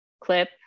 clip